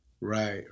Right